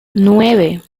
nueve